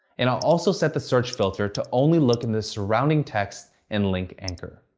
and i'll also set the search filter to only look in the surrounding text and link anchor.